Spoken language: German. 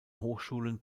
hochschulen